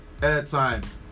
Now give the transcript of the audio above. airtime